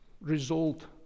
result